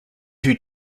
two